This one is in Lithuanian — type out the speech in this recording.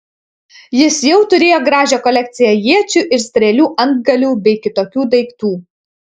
jis jau turėjo gražią kolekciją iečių ir strėlių antgalių bei kitokių daiktų